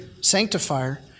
sanctifier